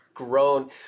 grown